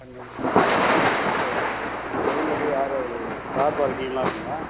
okay சைடுல போய் யார் இருக்கிறது கார் பார்க்கிங்லாம் இருக்குமா